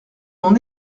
l’on